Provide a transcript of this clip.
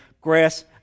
Grass